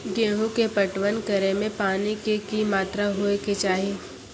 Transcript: गेहूँ के पटवन करै मे पानी के कि मात्रा होय केचाही?